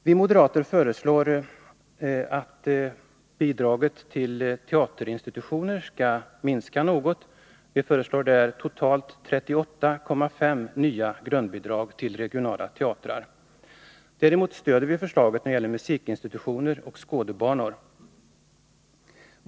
Vi moderater vill begränsa ökningen av antalet grundbelopp till teaterinstitutioner och föreslår totalt 38,5 nya grundbelopp till regionala teatrar. Däremot stöder vi förslaget när det gäller musikinstitutioner och skådebanor.